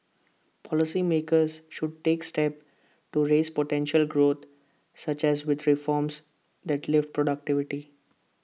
policy makers should take steps to raise potential growth such as with reforms that lift productivity